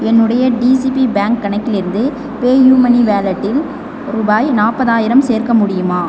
என்னுடைய DCB bank கணக்கிலிருந்து PayUMoney வாலெட்டில் ரூபாய் நாற்பதாயிரம் சேர்க்க முடியுமா